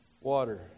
water